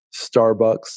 Starbucks